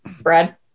Brad